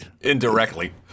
indirectly